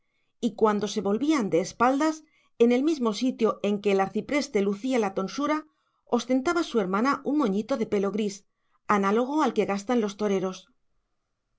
y cuando se volvían de espaldas en el mismo sitio en que el arcipreste lucía la tonsura ostentaba su hermana un moñito de pelo gris análogo al que gastan los toreros